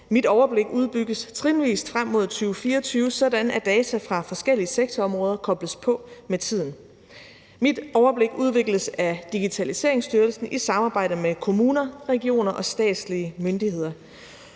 Mit Overblik udbygges trinvis frem mod 2024, sådan at data fra forskellige sektorområder kobles på med tiden. Mit Overblik udvikles af Digitaliseringsstyrelsen i samarbejde med kommuner, regioner og statslige myndigheder.